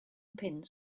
pins